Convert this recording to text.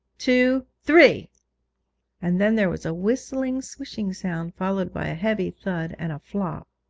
two, three and then there was a whistling swishing sound, followed by a heavy thud, and a flop.